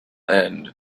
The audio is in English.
end